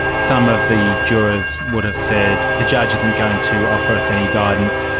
some of the jurors would have said the judge isn't going to offer us any guidance,